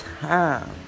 time